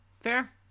Fair